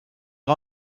est